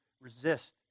resist